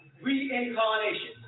reincarnation